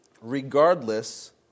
regardless